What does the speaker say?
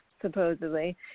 supposedly